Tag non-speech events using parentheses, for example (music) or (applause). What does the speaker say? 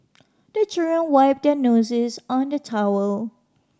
the (unintelligible) wipe their noses on the towel